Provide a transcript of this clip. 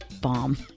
bomb